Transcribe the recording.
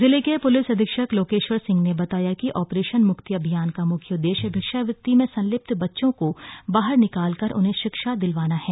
जिले के प्लिस अधीक्षक लोकेश्वर सिंह ने बताया कि ऑपरेशन मुक्ति अभियान का मुख्य उददेश्य भिक्षावृत्ति में संलिप्त बच्चों को बाहर निकाल कर उन्हें शिक्षा दिलवाना है